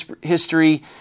history